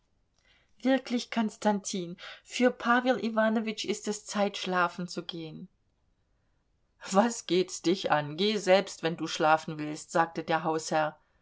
wirklich konstantin für pawel iwanowitsch ist es zeit schlafen zu gehen was geht's dich an geh selbst wenn du schlafen willst sagte der hausherr